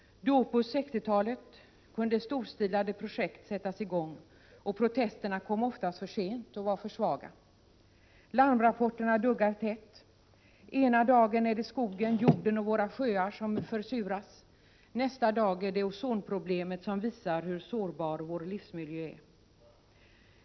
1987/88:31 1960-talet — kunde storstilade projekt sättas i gång. Protesterna kom oftast — 25 november 1987 för sent och var för svaga. En SS RARE Larmrapporterna duggar i dag tätt. Ena dagen är det skogen, marken och våra sjöar som försuras, nästa dag är det ozonproblemet som visar hur sårbar vår livsmiljö är.